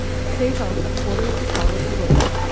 save out a quarter of the flour for rolling,